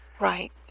Right